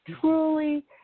truly